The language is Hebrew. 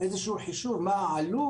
איזשהו חישוב מה העלות,